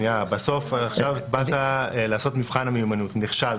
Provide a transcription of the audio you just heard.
עכשיו באת לעשות מבחן מיומנות ונכשלת,